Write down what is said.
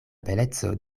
beleco